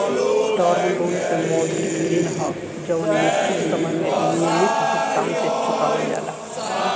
term loan के मौद्रिक ऋण ह जवन निश्चित समय में नियमित भुगतान से चुकावल जाला